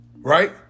right